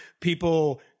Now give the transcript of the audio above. people